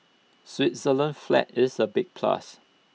Switzerland's flag is A big plus